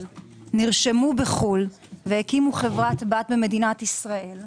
נרשמו בחו"ל והקימו חברת בת במדינת ישראל.